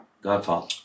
Godfather